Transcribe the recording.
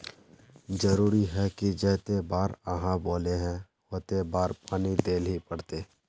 जरूरी है की जयते बार आहाँ बोले है होते बार पानी देल ही पड़ते?